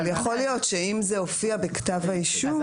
אבל יכול להיות שאם זה הופיע בכתב האישום,